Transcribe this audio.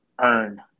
earn